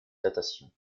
datation